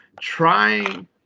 trying